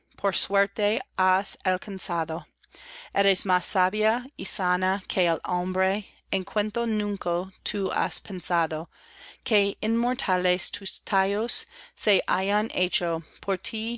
por suerte has alcanzado eres más sabia y sana que el hombre en cuanto nunca tú has pensado que inmortales tus tallos se hayan